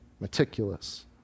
meticulous